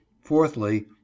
Fourthly